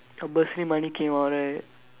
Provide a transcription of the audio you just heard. your bursary money came out right